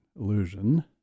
illusion